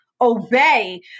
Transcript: obey